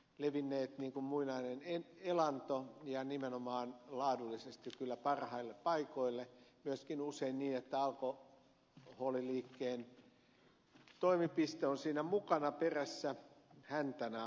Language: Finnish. ne ovat levinneet kuin muinainen elanto ja nimenomaan laadullisesti kyllä parhaille paikoille myöskin usein niin että alkoholiliikkeen toimipiste on siinä mukana perässä häntänä aina näihin menee